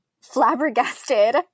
flabbergasted